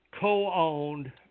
Co-owned